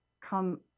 come